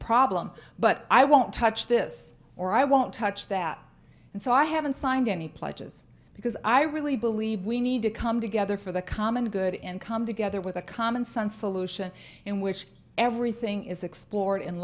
problem but i won't touch this or i won't touch that and so i haven't signed any pledges because i really believe we need to come together for the common good and come together with a common sense solutions in which everything is explored and